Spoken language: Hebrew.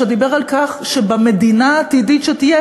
שדיבר על כך שבמדינה העתידית שתהיה,